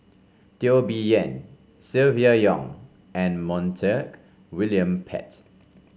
Teo Bee Yen Silvia Yong and Montague William Pett